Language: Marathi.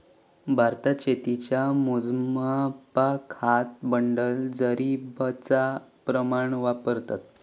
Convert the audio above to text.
भारतात शेतीच्या मोजमापाक हात, बंडल, जरीबचा प्रमाण वापरतत